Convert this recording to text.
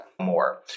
more